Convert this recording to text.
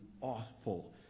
awful